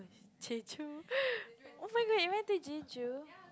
Jeju oh-my-god you went to Jeju